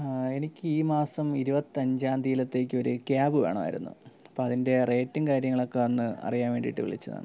എനിക്ക് ഈ മാസം ഇരുപത്തി അഞ്ചാം തീയ്യതിയിലേക്ക് ഒരു ക്യാബ് വേണമായിരുന്നു അപ്പം അതിൻ്റെ റേറ്റും കാര്യങ്ങളൊക്കെ ഒന്ന് അറിയാൻ വേണ്ടിയിട്ട് വിളിച്ചതാണ്